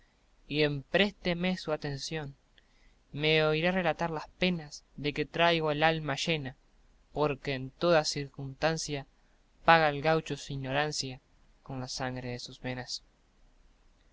y emprésteme su atención me oirá relatar las penas de que traigo la alma llena porque en toda circustancia paga el gaucho su inorancia con la sangre de sus venas